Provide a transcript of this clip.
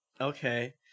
Okay